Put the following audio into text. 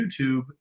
youtube